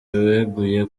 weguye